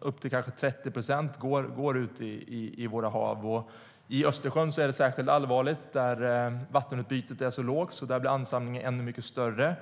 upp till kanske 30 procent går ändå ut i våra hav. I Östersjön är det särskilt allvarligt. Där är vattenutbytet så lågt att ansamlingen blir ännu mycket större.